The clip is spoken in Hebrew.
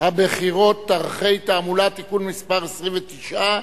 הבחירות (דרכי תעמולה) (תיקון מס' 29),